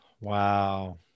Wow